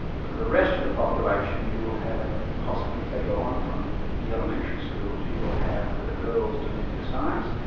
for the rest of the population, you will have, possibly if they go on from the elementary schools, you will have for the girls domestic science,